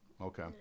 Okay